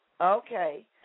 Okay